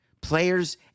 Players